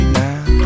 now